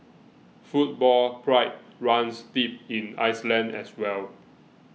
football pride runs deep in Iceland as well